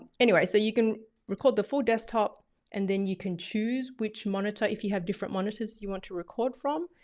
anyway, so you can record the full desktop and then you can choose which monitor, if you have different monitors you want to record from.